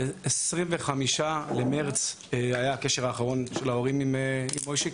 ב-25 במרץ היה הקשר האחרון של ההורים עם מויישי,